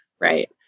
right